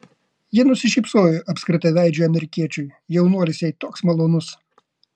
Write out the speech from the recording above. ji nusišypsojo apskritaveidžiui amerikiečiui jaunuolis jai toks malonus